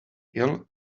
yell